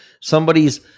somebody's